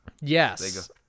yes